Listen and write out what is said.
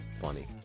funny